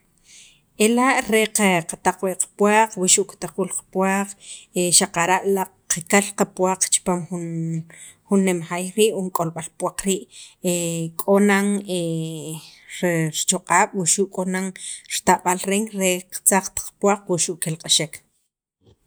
Ela' re qe qatak wii' qapuwaq wuxu' kitaq quul qapuwaq xaqara' laaq' qakal qapuwaq chipam jun jun nem jaay rii'. o jun k'olb'al puwaq rii' k'o nan re richoq'ab' wuxu' k'o nan ritab'al reen re qatzqt qapuwaq xuxu' qelq'axek.